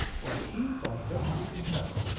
what he thought of it who can tell?